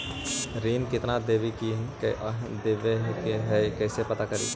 ऋण कितना देवे के है कैसे पता करी?